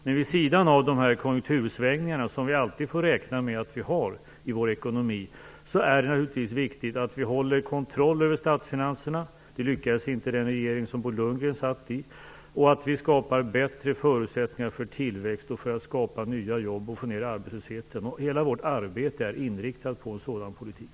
Men vid sidan av de konjunktursvängningar, som vi alltid får räkna med att ha i vår ekonomi, är det naturligtvis viktigt att vi har kontroll över statsfinanserna - med detta lyckades inte den regering som Bo Lundgren satt i - och att vi skapar bättre förutsättningar för tillväxt, nya jobb och för att få ned arbetslösheten. Hela vårt arbete är inriktat på en sådan politik.